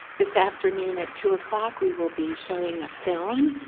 this afternoon at two o'clock we will be showing a film.